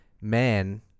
man